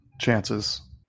chances